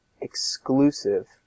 exclusive